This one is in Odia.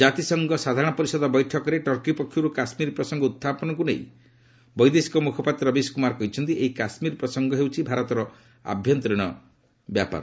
ଜାତିସଂଘ ସାଧାରଣ ପରିଷଦ ବୈଠକରେ ଟର୍କୀ ପକ୍ଷରୁ କାଶ୍ମୀର ପ୍ରସଙ୍ଗ ଉହ୍ଚାପନକୁ ନେଇ ବୈଦେଶିକ ମୁଖପାତ୍ର ରବିଶ କୁମାର କହିଛନ୍ତି ଏହି କାଶ୍ମୀର ପ୍ରସଙ୍ଗ ହେଉଛି ଭାରତର ଆଭ୍ୟନ୍ତରୀଣ ବ୍ୟାପାର